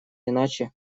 иначе